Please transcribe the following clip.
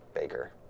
Baker